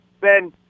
Ben